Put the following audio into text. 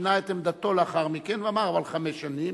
ושינה את עמדתו לאחר מכן ואמר: אבל חמש שנים.